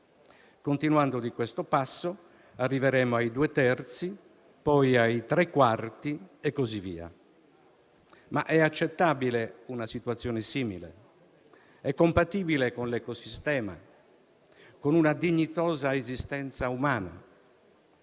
continuando di questo passo, arriveremo ai due terzi, poi ai tre quarti e così via. Ma è accettabile una situazione simile? È compatibile con l'ecosistema, con una dignitosa esistenza umana?